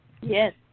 Yes